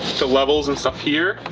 two levels and stuff here,